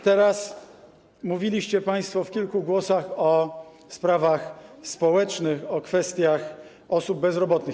Teraz mówiliście państwo w kilku głosach o sprawach społecznych, o kwestiach osób bezrobotnych.